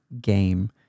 game